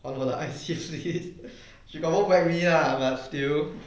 I gonna like she got whole family lah but still